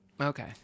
okay